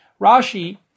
Rashi